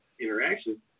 interaction